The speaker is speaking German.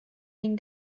den